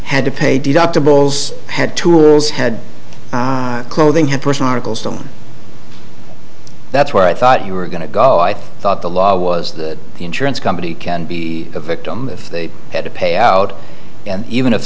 had to pay deductibles had to rules had clothing had person articles on that's where i thought you were going to go i thought the law was that the insurance company can be a victim if they had a payout and even if